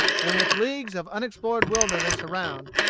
and with leagues of unexplored wilderness around,